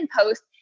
post